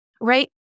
Right